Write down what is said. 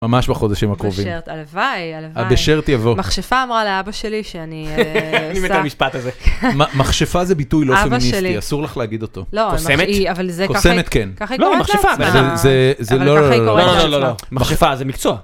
ממש בחודשים הקרובים. - הבאשערט, הלוואי, הלוואי. - הבאשערט יבוא. המכשפה אמרה לאבא שלי שאני אה... - אני מת על המשפט הזה. המכשפה זה ביטוי לא פמיניסטי, אסור לך להגיד אותו. קוסמת... קוסמת, כן. - לא, היא אבל זה ככה, ככה היא קוראת לעצמה. - זה לא, לא, לא, לא. מכשפה זה מקצוע.